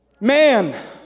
Man